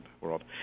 world